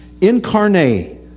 incarnate